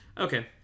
okay